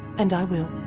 and i will.